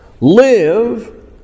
live